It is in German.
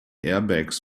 airbags